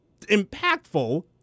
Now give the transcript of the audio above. impactful